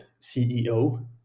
CEO